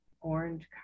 orange